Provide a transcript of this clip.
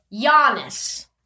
Giannis